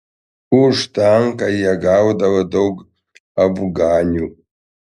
už tanką jie gaudavo daug afganių